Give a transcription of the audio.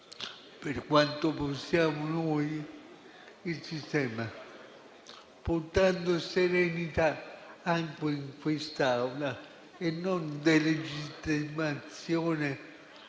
per quanto possiamo il sistema, portando serenità anche in quest'Aula e non delegittimazione